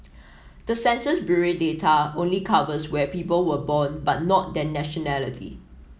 the Census Bureau data only covers where people were born but not their nationality